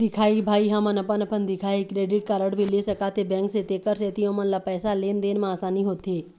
दिखाही भाई हमन अपन अपन दिखाही क्रेडिट कारड भी ले सकाथे बैंक से तेकर सेंथी ओमन ला पैसा लेन देन मा आसानी होथे?